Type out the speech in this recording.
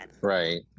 right